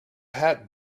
hat